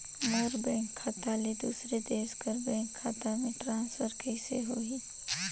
मोर bank खाता ले दुसर देश के बैंक खाता मे ट्रांसफर कइसे होही?